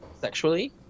sexually